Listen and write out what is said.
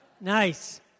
Nice